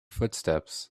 footsteps